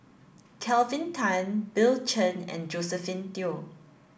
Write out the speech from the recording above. Kelvin Tan Bill Chen and Josephine Teo